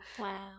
Wow